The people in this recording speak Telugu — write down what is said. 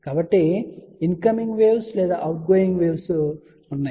కాబట్టి ఇన్ కమింగ్ వేవ్స్ లేదా అవుట్ గోయింగ్ వేవ్స్ ఉన్నాయి